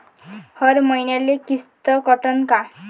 हर मईन्याले किस्त कटन का?